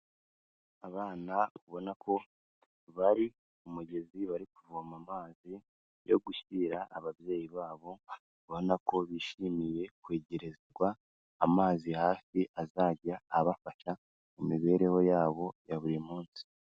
Abana babona ko bari ku mugezi bari kuvoma amazi yo gushyira ababyeyi babo ubona ko bishimiye kwegerezwa amazi hafi azajya abafasha mu mibereho yabo ya buri munsi.